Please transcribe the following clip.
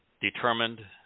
determined